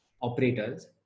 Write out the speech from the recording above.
operators